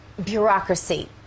bureaucracy